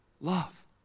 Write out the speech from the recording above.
love